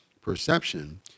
perception